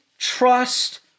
Trust